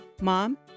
Mom